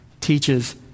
teaches